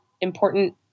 important